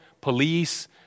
police